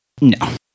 No